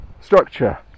structure